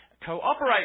cooperate